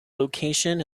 location